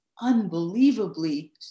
unbelievably